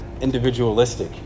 individualistic